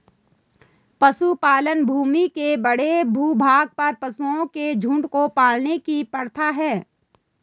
पशुपालन भूमि के बड़े भूभाग पर पशुओं के झुंड को पालने की प्रथा है